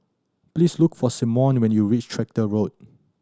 please look for Simeon when you reach Tractor Road